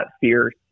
fierce